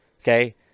Okay